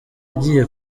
agiye